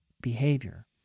behavior